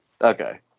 okay